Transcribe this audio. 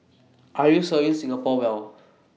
are you serving Singapore well